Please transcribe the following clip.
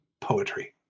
poetry